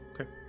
okay